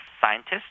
scientists